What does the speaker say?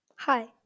Hi